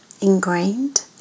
ingrained